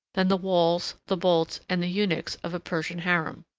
than the walls, the bolts, and the eunuchs of a persian haram.